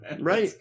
Right